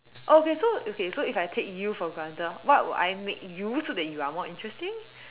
okay so okay so if I take you for granted what would I make you so that you are more interesting